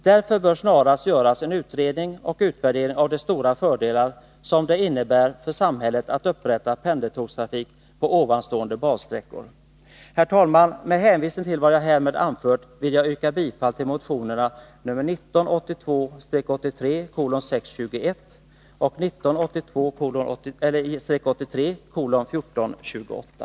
Därför bör snarast göras en utredning och utvärdering av de stora fördelar som det innebär för samhället att upprätta pendeltågstrafik på här nämnda bansträckor. Herr talman! Med hänvisning till vad jag anfört vill jag yrka bifall till motionerna 1982 83:1428.